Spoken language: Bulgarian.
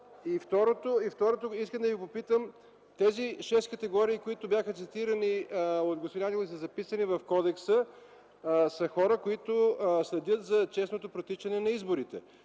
И второ, искам да ви попитам тези шест категории, които бяха цитирани и са записани в кодекса, са хора, които следят за честното протичане на изборите,